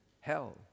hell